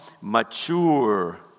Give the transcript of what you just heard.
mature